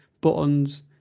buttons